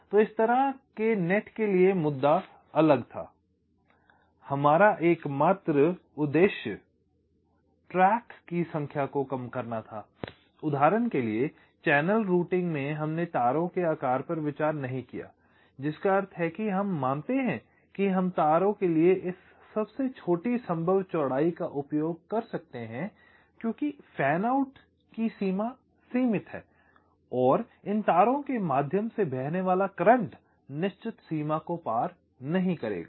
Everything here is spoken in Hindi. तो इस तरह के नेट के लिए मुद्दा अलग था हमारा एकमात्र उद्देश्य ट्रैक की संख्या को कम करना था उदाहरण के लिए चैनल रूटिंग में हमने तारों के आकार पर विचार नहीं किया जिसका अर्थ है कि हम मानते हैं कि हम तारों के लिए इस सबसे छोटी संभव चौड़ाई का उपयोग कर सकते हैं क्योंकि फैन आउट की सीमा सीमित है और इन तारों के माध्यम से बहने वाला करंट निश्चित सीमा को पार नहीं करेगा